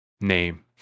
name